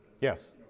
Yes